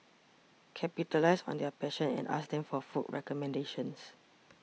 capitalise on their passion and ask them for food recommendations